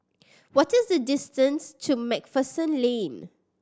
what is the distance to Macpherson Lane